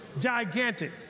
gigantic